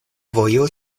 vojo